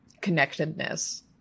connectedness